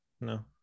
No